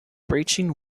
preaching